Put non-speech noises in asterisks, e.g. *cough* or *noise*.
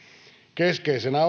keskeisenä *unintelligible*